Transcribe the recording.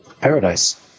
Paradise